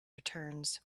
returns